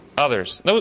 Others